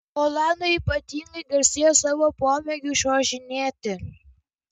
olandai ypatingai garsėja savo pomėgiu čiuožinėti